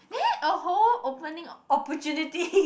there a hole opening